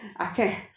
Okay